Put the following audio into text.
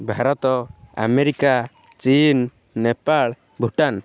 Bharat America ଚୀନ ନେପାଳ ଭୁଟାନ